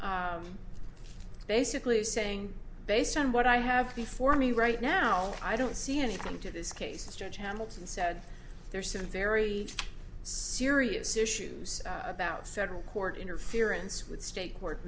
l basically is saying based on what i have before me right now i don't see anything to this case judge hamilton said there's some very serious issues about several court interference with state court